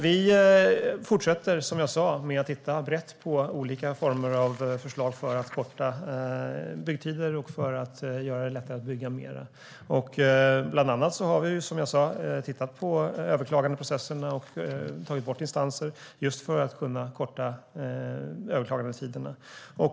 Vi fortsätter dock att titta brett på olika former av förslag för att korta byggtider och göra det lättare att bygga mer. Bland annat har vi, som jag sa, tittat på överklagandeprocesserna och tagit bort instanser just för att kunna korta överklagandetiderna.